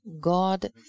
God